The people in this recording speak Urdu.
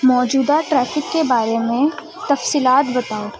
موجودہ ٹریفک کے بارے میں تفصیلات بتاؤ